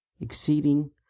exceeding